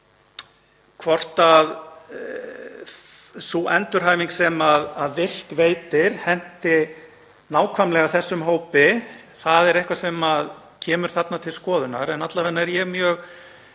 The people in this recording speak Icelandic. Hvort sú endurhæfing sem VIRK veitir henti nákvæmlega þessum hópi er eitthvað sem kemur þarna til skoðunar. Alla vega er ég mjög